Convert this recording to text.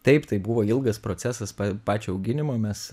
taip tai buvo ilgas procesas pa pačio auginimo mes